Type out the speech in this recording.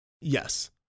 Yes